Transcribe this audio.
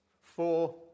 four